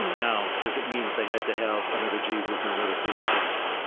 now, does it mean that they had to have another jesus and another crucifix?